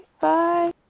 Bye